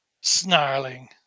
snarling